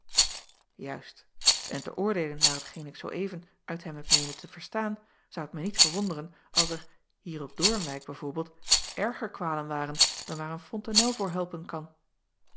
uist en te oordeelen naar hetgeen ik zoo even uit hem heb meenen te verstaan zou t mij niet verwonderen als er hier op oornwijck b v erger kwalen waren dan waar een fontenel voor helpen kan